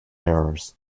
errors